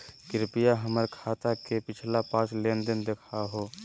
कृपया हमर खाता के पिछला पांच लेनदेन देखाहो